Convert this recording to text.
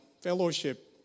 fellowship